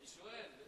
אני שואל.